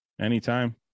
Anytime